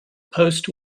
post